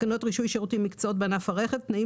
- תקנות רישוי שירותים ומקצועות בענף הרכב (תנאים